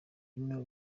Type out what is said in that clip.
bino